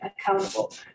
accountable